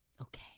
Okay